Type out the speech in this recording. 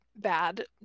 bad